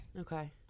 Okay